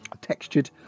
textured